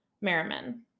Merriman